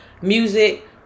music